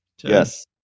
Yes